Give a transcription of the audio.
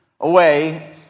away